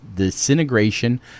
disintegration